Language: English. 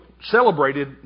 celebrated